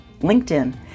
LinkedIn